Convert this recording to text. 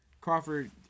Crawford